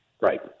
Right